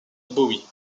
bowie